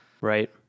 right